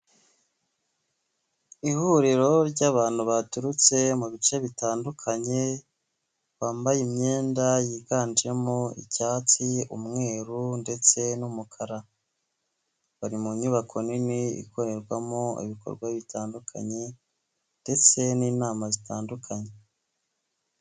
Ihuriro ry'abantu baturutse mu bice bitandukanye, bambaye imyenda yiganjemo icyatsi, umweru. ndetse n'umukara, bari munyubako nini ikorerwamo ibikorwa bitandukanye ndetse n'inama zitandukanye.